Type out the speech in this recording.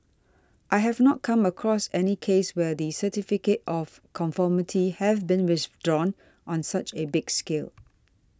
I have not come across any case where the Certificate of Conformity have been withdrawn on such a big scale